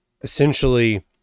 essentially